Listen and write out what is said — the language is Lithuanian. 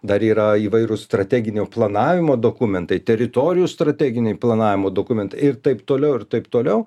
dar yra įvairūs strateginio planavimo dokumentai teritorijų strateginiai planavimo dokumentai ir taip toliau ir taip toliau